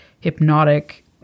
hypnotic